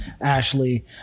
Ashley